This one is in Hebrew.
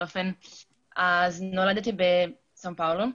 נולדתי בסן פאולו,